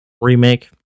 remake